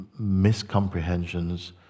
miscomprehensions